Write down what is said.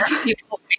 people